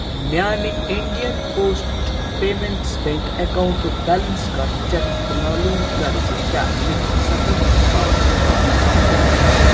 میانہِ Indian post payments bank اکاونٹُُک balance کَر چیٚک تہٕ معلوٗم کَر زِ کیٛاہ مےٚ چھُ سَتتھ ساس رۄپیہِ آمٕتۍ